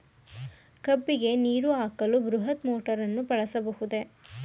ಕಬ್ಬಿಗೆ ನೀರು ಹಾಕಲು ಬೃಹತ್ ಮೋಟಾರನ್ನು ಬಳಸಬಹುದೇ?